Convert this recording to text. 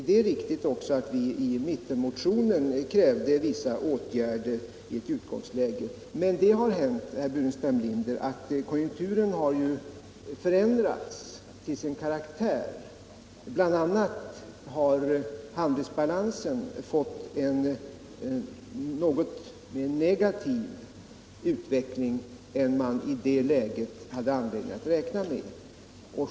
Det är också riktigt att vi i mittenmotionen krävde vissa åtgärder i ett utgångsläge. Men konjunkturen, herr Burenstam Linder, har ju förändrats till sin karaktär. Bl. a. har handelsbalansen fått en något mer negativ utveckling än man i det läget hade anledning att räkna med.